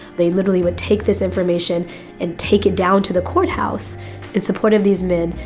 they literally would take this information and take it down to the courthouse in support of these men.